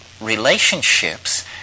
relationships